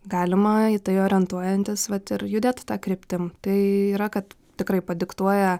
galima į tai orientuojantis vat ir judėt ta kryptim tai yra kad tikrai padiktuoja